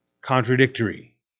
contradictory